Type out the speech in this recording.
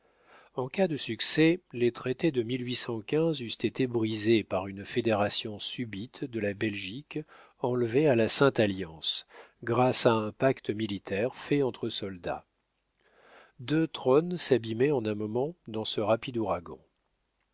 en cas de succès les traités de eussent été brisés par une fédération subite de la belgique enlevée à la sainte-alliance grâce à un pacte militaire fait entre soldats deux trônes s'abîmaient en un moment dans ce rapide ouragan